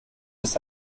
ist